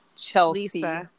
Chelsea